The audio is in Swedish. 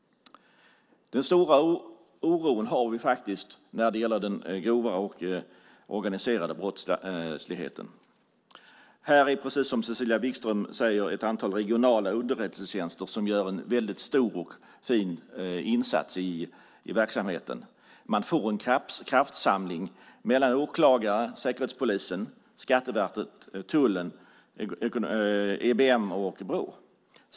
Den stora oron har vi faktiskt när det gäller den grova och organiserade brottsligheten. Här finns, precis som Cecilia Wigström säger, ett antal regionala underrättelsetjänster som gör en väldigt stor och fin insats i verksamheten. Man får en kraftsamling mellan åklagare, Säkerhetspolisen, Skatteverket, tullen, EBM och Brå.